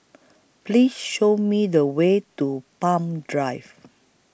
Please Show Me The Way to Palm Drive